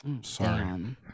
Sorry